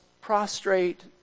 prostrate